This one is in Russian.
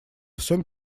всем